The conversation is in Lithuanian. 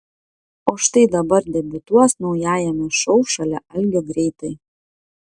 o štai dabar debiutuos naujajame šou šalia algio greitai